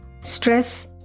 Stress